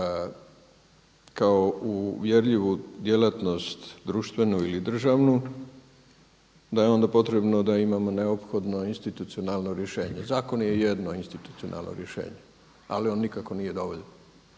kao uvjerljivu djelatnost društvenu ili državnu, da je onda potrebno da imamo neophodno institucionalno rješenje. Zakon je jedno institucionalno rješenje, ali on nikako nije dovoljan.